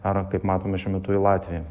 ar kaip matome šiuo metu į latviją